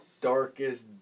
darkest